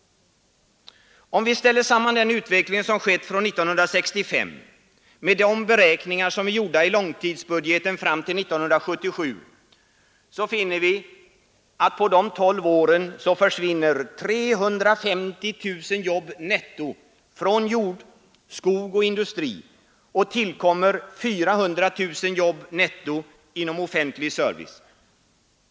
Om vi ställer samman den utveckling som skett från 1965 med de beräkningar som är gjorda i långtidsbudgeten fram till 1977, finner vi att på de 12 åren försvinner 350 000 jobb netto från jord, skog och industri och tillkommer 400 000 jobb netto inom offentlig service.